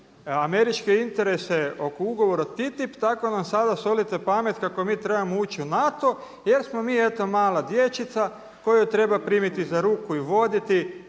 američke interese oko ugovora TTIP tako nam sada solite pamet kako mi trebamo ući u NATO jer smo mi eto mala dječica koju treba primiti za ruku i voditi